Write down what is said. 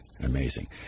amazing